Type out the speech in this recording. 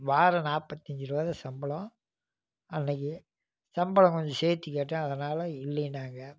வாரம் நாற்பத்தி அஞ்சு ருபாதான் சம்பளம் அன்னைக்கு சம்பளம் கொஞ்சம் சேத்து கேட்டேன் அதனால இல்லைன்னாங்க